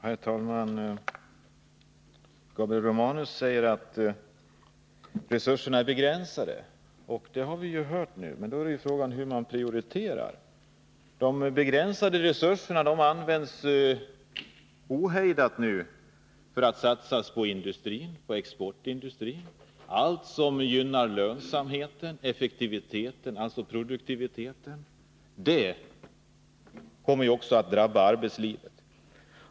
Herr talman! Gabriel Romanus säger att resurserna är begränsade. Men frågan är då hur man prioriterar. De begränsade resurserna satsas nu ohejdat på exportindustrin. De används till allt som gynnar lönsamheten och effektiviteten, dvs. produktiviteten. Det kommer också att drabba arbetslivet.